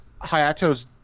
Hayato's